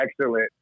excellent